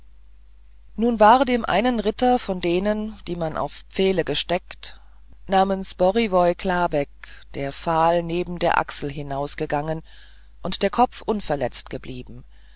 nun war dem einen ritter von denen die man auf pfähle gesteckt namens borivoj chlavec der pfahl neben der achsel hinausgegangen und der kopf unverletzt blieben